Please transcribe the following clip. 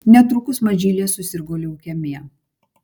netrukus mažylė susirgo leukemija